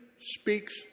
speaks